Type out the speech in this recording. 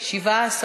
2 נתקבלו.